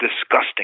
disgusting